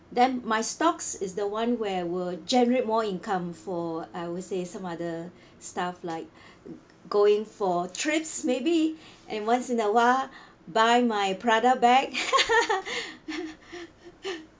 then my stocks is the [one] where will generate more income for I will say some other stuff like going for trips maybe and once in a while buy my Prada bag